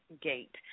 gate